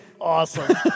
awesome